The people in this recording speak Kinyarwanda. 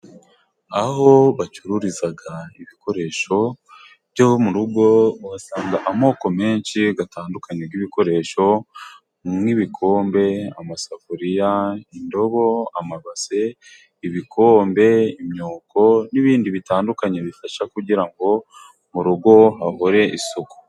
Aho bacururiza ibikoresho byo mu rugo, uhasanga amoko menshi atandukanye y'ibikoresho nk'ibikombe, amasafuriya, indobo, amabase, ibikombe, imyuko n'ibindi bitandukanye bifasha kugira ngo mu rugo hahore isuku.